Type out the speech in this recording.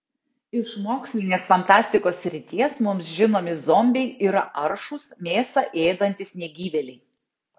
iš mokslinės fantastikos srities mums žinomi zombiai yra aršūs mėsą ėdantys negyvėliai